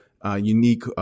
unique